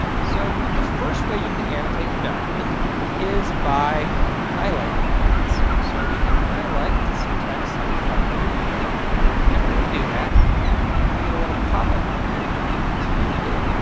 so the first way you can annotate your document is by highlighting things. so we can highlight some text on our document and when we do that we get a little popup menu of different things that we can do.